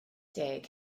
deg